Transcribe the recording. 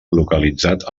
localitzat